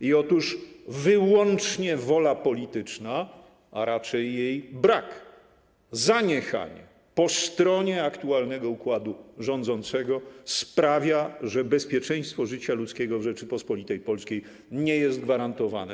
I otóż wyłącznie wola polityczna, a raczej jej brak, zaniechanie po stronie aktualnego układu rządzącego, sprawia, że bezpieczeństwo życia ludzkiego w Rzeczypospolitej Polskiej nie jest gwarantowane.